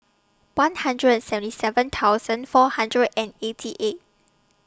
one hundred and seventy seven thousand four hundred and eighty eight